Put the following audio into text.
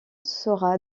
sera